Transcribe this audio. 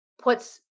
puts